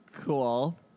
Cool